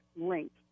link